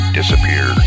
disappear